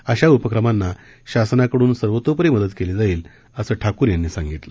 अशा उपक्रमांना शासनाकडून सर्वतोपरी मदत केली जाईल असं ठाकूर यांनी सांगितलं